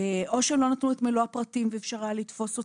או שהם לא נתנו את מלוא הפרטים ואי אפשר היה לתפוס אותם.